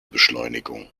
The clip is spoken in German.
beschleunigung